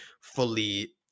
fully